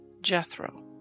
Jethro